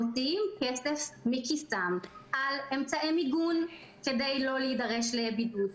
מוציאים כסף מכיסם על אמצעי מיגון כדי לא להידרש לבידוד,